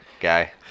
guy